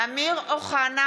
אמיר אוחנה,